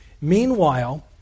Meanwhile